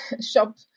shop